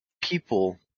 people